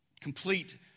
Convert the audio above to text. complete